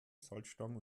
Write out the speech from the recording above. salzstangen